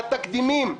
מהתקדימים,